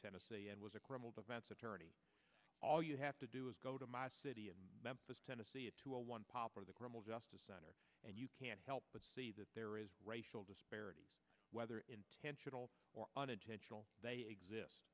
tennessee and was a criminal defense attorney all you have to do is go to my city of memphis tennessee it to a one of the criminal justice center and you can't help but see that there is a racial disparity whether intentional or unintentional they exist